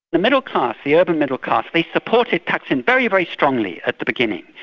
the middle-class, the urban middle-class, they supported thaksin very, very strongly at the beginning.